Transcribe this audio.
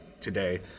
today